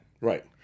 Right